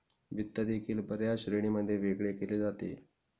वित्त देखील बर्याच श्रेणींमध्ये वेगळे केले जाते